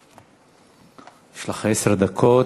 יש לך עשר דקות.